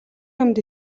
юманд